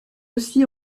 aussi